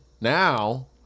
Now